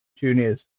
juniors